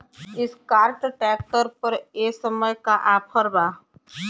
Escort tractor पर ए समय का ऑफ़र बा?